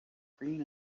green